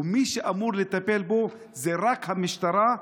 ומי שאמור לטפל בו זה רק המשטרה,